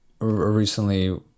recently